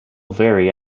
very